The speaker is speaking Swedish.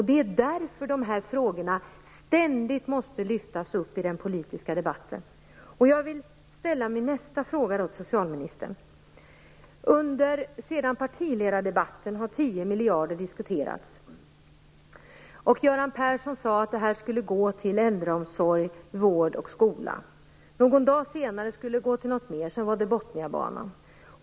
Det är därför dessa frågor ständigt måste lyftas upp i den politiska debatten. Jag vill ställa nästa fråga till socialministern. Sedan partiledardebatten har 10 miljarder diskuterats. Göran Persson sade att de skulle gå till äldreomsorg, vård och skola. Någon dag senare skulle de gå till något mer och sedan var det Botniabanan.